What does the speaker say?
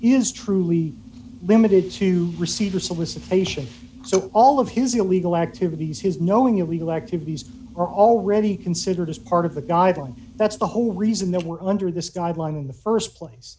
is truly limited to receive a solicitation so all of his illegal activities his knowing illegal activities are already considered as part of the guideline that's the whole reason that we're under this god long in the st place